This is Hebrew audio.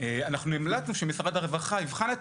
אנחנו המלצנו שמשרד הרווחה יבחן את